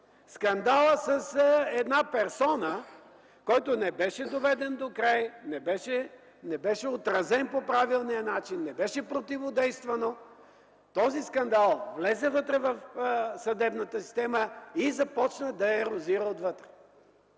Скандалът с една персона, който не беше доведен докрай, не беше отразен по правилния начин, не беше противодействано. Този скандал влезе вътре в съдебната система и започна да я ерозира отвътре.